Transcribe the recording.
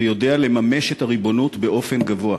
והוא יודע לממש את הריבונות באופן גבוה.